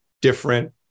different